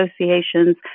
Association's